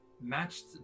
matched